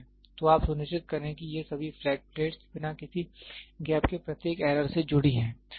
तो आप सुनिश्चित करें कि ये सभी फ्लैट प्लेट्स बिना किसी गैप के प्रत्येक एरर से जुड़ी हैं